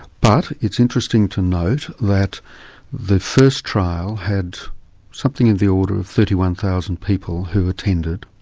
but it's interesting to note that the first trial had something of the order of thirty one thousand people who attended,